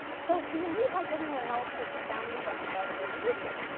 so the elite, like everyone else, were profoundly affected by the revolution,